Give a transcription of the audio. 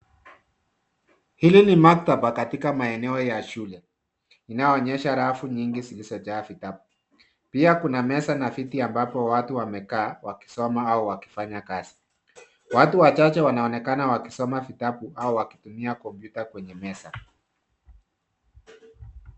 Hili ni maktaba katika maeneo ya shule, inayoonyesha rafu nyingi zilizojaa vitabu. Pia kuna meza, na viti ambapo watu wamekaa, wakisoma, au wakifanya kazi. Watu wachache wanaonekana wakisoma vitabu, au wakitumia kompyuta kwenye meza.